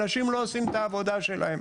אנשים לא עושים את העבודה שלהם,